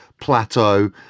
Plateau